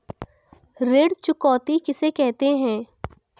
ऋण चुकौती किसे कहते हैं?